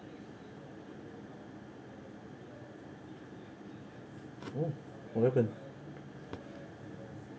oh what happen